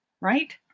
right